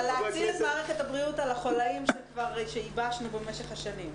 להציל את מערכת הבריאות על החולאים שייבשנו במשך השנים.